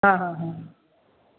হ্যাঁ হ্যাঁ হ্যাঁ